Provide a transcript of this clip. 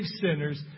sinners